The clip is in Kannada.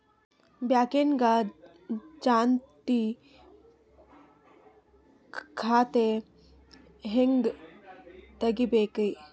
ಬ್ಯಾಂಕ್ದಾಗ ಜಂಟಿ ಖಾತೆ ಹೆಂಗ್ ತಗಿಬೇಕ್ರಿ?